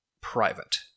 private